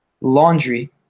laundry